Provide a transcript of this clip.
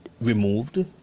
removed